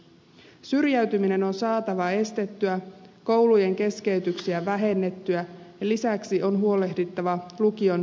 syrjäytyminen on saatava estettyä koulunkäynnin keskeytyksiä vähennettyä ja lisäksi on huolehdittava lukion jälkeisestä koulutuksesta